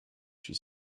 she